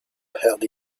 heard